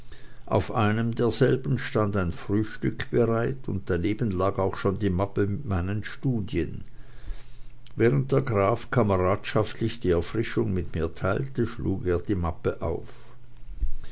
auf einem derselben stand ein frühstück bereit und da neben lag auch schon die mappe mit meinen studien während graf dietrich kameradschaftlich die erfrischung mit mir teilte schlug er die mappe auf